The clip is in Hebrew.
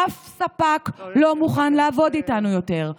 אף ספק לא מוכן לעבוד איתנו יותר.